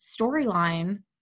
storyline